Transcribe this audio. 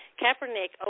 Kaepernick